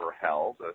held